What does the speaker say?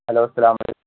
hello اسلام علیکم